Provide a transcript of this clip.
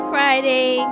Friday